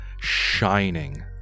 shining